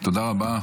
תודה רבה.